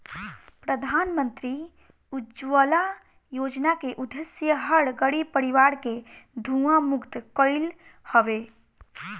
प्रधानमंत्री उज्ज्वला योजना के उद्देश्य हर गरीब परिवार के धुंआ मुक्त कईल हवे